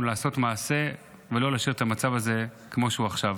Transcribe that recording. לעשות מעשה ולא להשאיר את המצב הזה כמו שהוא עכשיו.